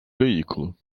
veículo